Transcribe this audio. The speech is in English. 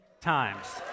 times